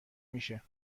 میشه